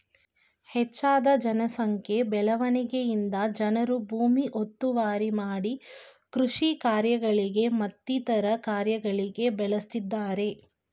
ಹೆಚ್ಜದ ಜನ ಸಂಖ್ಯೆ ಬೆಳವಣಿಗೆಯಿಂದ ಜನರು ಭೂಮಿ ಒತ್ತುವರಿ ಮಾಡಿ ಕೃಷಿ ಕಾರ್ಯಗಳಿಗೆ ಮತ್ತಿತರ ಕಾರ್ಯಗಳಿಗೆ ಬಳಸ್ತಿದ್ದರೆ